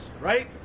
right